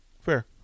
Fair